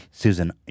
Susan